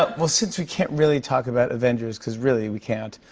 but well, since we can't really talk about avengers, because really we can't.